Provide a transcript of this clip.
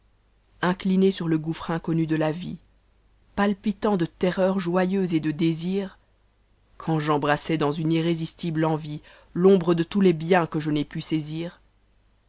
ittcmac sur ïe gûmmrc inconnu de la vi palpitant de terreur joyeuse et de désir quand j'embrassais dans une irrésistible envie l'ombre de tous les biens que je n'ai pu saisit